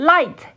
Light